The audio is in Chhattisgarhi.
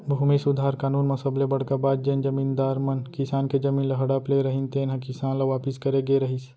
भूमि सुधार कानून म सबले बड़का बात जेन जमींदार मन किसान के जमीन ल हड़प ले रहिन तेन ह किसान ल वापिस करे के रहिस